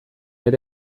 ere